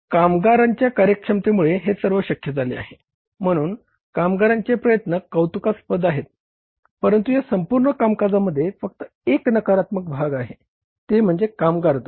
कामगारांच्या कार्यक्षमतेमुळे हे सर्व शक्य झाले आहे म्हणून कामगारांचे प्रयत्न कौतुकास्पद आहेत परंतु या संपूर्ण कामकाजांमध्ये फक्त एक नकारात्मक भाग आहे ते म्हणजे कामगार दर